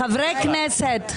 חברי כנסת,